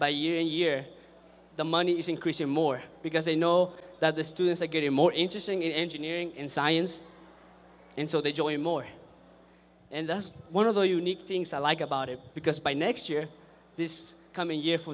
by year the money is increasing more because they know that the students are getting more interesting in engineering in science and so they join more and that's one of the unique things i like about it because by next year this coming year for